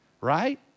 right